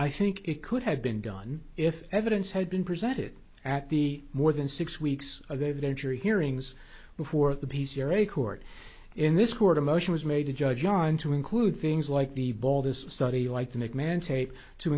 i think it could have been done if evidence had been presented at the more than six weeks of a venture hearings before the p c r a court in this court a motion was made to judge john to include things like the ball this study like to